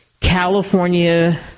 california